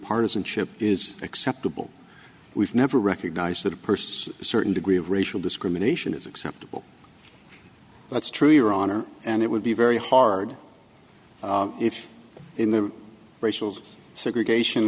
partisanship is acceptable we've never recognized that a purse a certain degree of racial discrimination is acceptable that's true your honor and it would be very hard if in the racial segregation